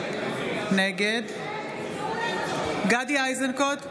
נגד גדי איזנקוט,